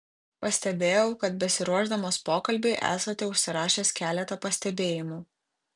pastebėjau kad besiruošdamas pokalbiui esate užsirašęs keletą pastebėjimų